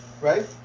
right